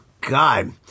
God